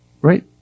Right